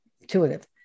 intuitive